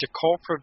corporate